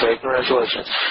congratulations